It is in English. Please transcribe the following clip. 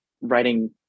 writing